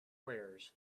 wares